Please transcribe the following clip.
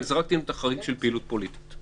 זרקתי את החריג של פעילות פוליטית.